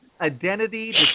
identity